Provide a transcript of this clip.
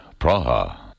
Praha